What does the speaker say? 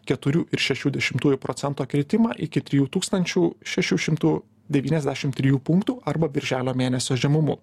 keturių ir šešių dešimtųjų procento kritimą iki trijų tūkstančių šešių šimtų devyniasdešim trijų punktų arba birželio mėnesio žemumų